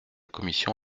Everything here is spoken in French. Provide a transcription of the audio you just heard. commission